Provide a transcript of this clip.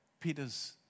Peter's